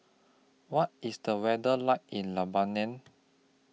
What IS The weather like in Lebanon